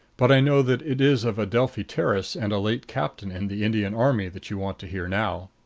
but i know that it is of adelphi terrace and a late captain in the indian army that you want to hear now.